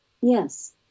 Yes